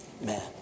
man